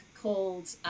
called